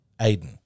Aiden